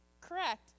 correct